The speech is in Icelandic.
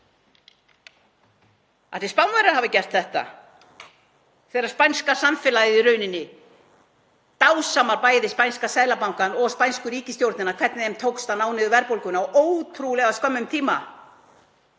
Ætli Spánverjar hafi gert þetta þegar spænska samfélagið í rauninni dásamar bæði spænska Seðlabankann og spænsku ríkisstjórnina, hvernig þeim tókst að ná niður verðbólgunni á ótrúlega skömmum tíma?